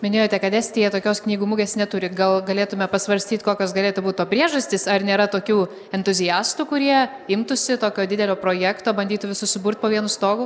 minėjote kad estija tokios knygų mugės neturi gal galėtume pasvarstyt kokios galėtų būt to priežastys ar nėra tokių entuziastų kurie imtųsi tokio didelio projekto bandytų visus suburt po vienu stogu